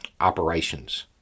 operations